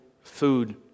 food